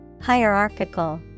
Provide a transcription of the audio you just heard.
Hierarchical